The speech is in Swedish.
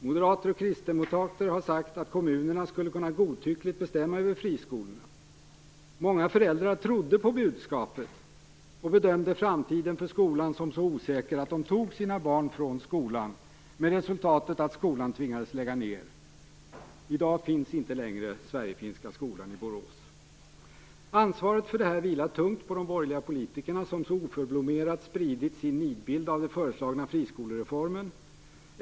Moderater och kristdemokrater har sagt att kommunerna godtyckligt skulle kunna bestämma över friskolorna. Många föräldrar trodde på budskapet och bedömde framtiden för skolan som så osäker att de tog sina barn därifrån med resultatet att skolan tvingades lägga ned. I dag finns inte längre Sverigefinska skolan i Ansvaret för detta vilar tungt på de borgerliga politikerna som så oförblommerat spritt sin nidbild av den föreslagna friskolereformen.